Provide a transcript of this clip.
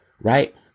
right